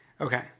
Okay